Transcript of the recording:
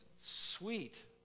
sweet